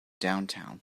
downtown